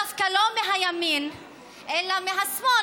דווקא לא מהימין אלא מהשמאל,